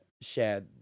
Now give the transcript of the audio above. share